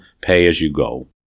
pay-as-you-go